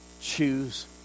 Choose